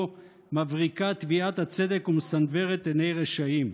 מבריקה טביעת הצדק ומסנוורת עיני רשעים.